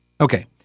Okay